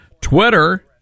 Twitter